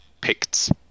picked